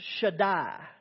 Shaddai